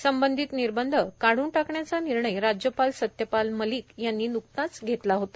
संबंधित निर्बंध काढून टाकण्याचा निर्णय राज्यपाल सत्यपाल मलिक यांनी न्कताच घेतला होता